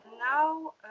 Now